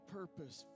purpose